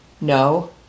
No